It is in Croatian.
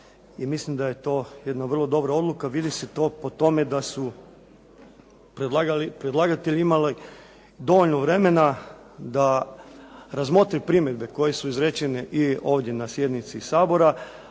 mislim da je to jedna vrlo dobra odluka, vidi se to po tome da su predlagatelji imali dovoljno vremena da razmotri primjedbe koje su izrečene i ovdje na sjednici Sabora